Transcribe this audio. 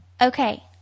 Okay